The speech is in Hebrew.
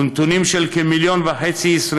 ונתונים של כ-1.5 מיליון ישראלים,